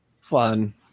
fun